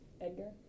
Edgar